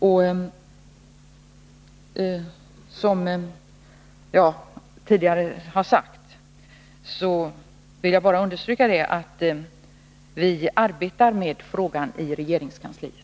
Jag vill alltså understryka att vi arbetar med frågan i regeringskansliet.